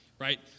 right